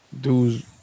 dudes